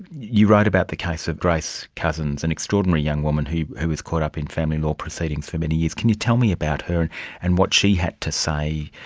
you wrote about the case of grace cousins, an extraordinary young woman who who was caught up in family law proceedings for many years. can you tell me about her and and what she had to say,